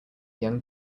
young